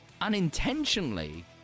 unintentionally